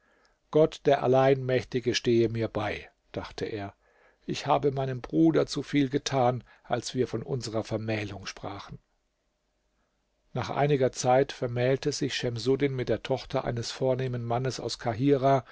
gott der allein mächtige stehe mir bei dachte er ich habe meinem bruder zu viel getan als wir von unserer vermählung sprachen nach einiger zeit vermählte sich schemsuddin mit der tochter eines vornehmen mannes aus